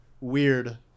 weird